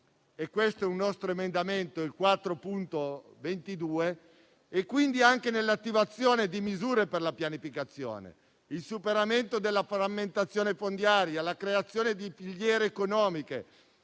questo è un nostro emendamento, il 4.22 - e quindi anche nell'attivazione di misure per la pianificazione, il superamento della frammentazione fondiaria, la creazione di filiere economiche